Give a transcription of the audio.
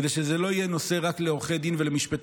כדי שזה לא יהיה נושא רק לעורכי דין ולמשפטנים,